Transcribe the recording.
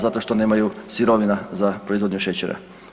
Zato što nemaju sirovina za proizvodnju šećera.